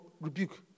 rebuke